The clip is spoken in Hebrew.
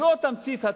הוא לא תמצית הצדק,